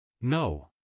No